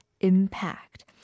impact